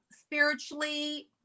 spiritually